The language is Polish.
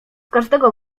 każdego